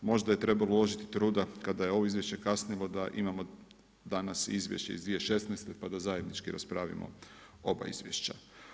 Možda je trebalo uložiti truda kada je ovo izvješće kasnilo da imamo danas i izvješće iz 2016. pa da zajednički raspravimo oba izvješća.